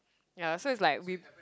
yeah so it's like we